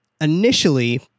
initially